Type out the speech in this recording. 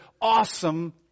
awesome